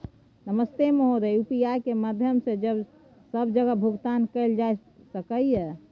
नमस्ते महोदय, यु.पी.आई के माध्यम सं सब जगह भुगतान कैल जाए सकल ये?